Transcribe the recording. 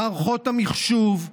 מערכות המחשוב,